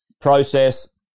process